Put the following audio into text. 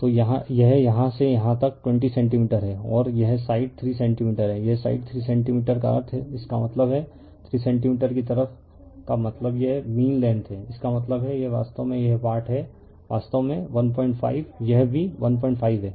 तो यह यहाँ से यहाँ तक 20 सेंटीमीटर है और यह साइड 3 सेंटीमीटर यह साइड 3 सेंटीमीटर का अर्थ है इसका मतलब है 3 सेंटीमीटर की तरफ का मतलब यह मीन लेंग्थ है इसका मतलब है यह वास्तव में यह पार्ट है वास्तव में 15 यह भी 15 है